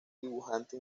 dibujante